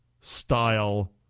style